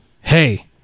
Hey